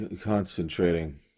concentrating